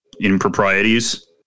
improprieties